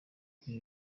ati